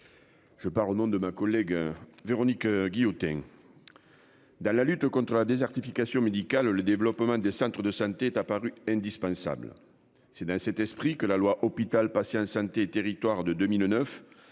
Je pars au nom de ma collègue. Véronique Guillotin. Dans la lutte contre la désertification médicale. Le développement des centres de santé est apparu indispensable. C'est dans cet esprit que la loi hôpital patients santé territoires de 2009.